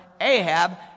Ahab